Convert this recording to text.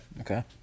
Okay